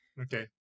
Okay